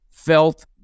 felt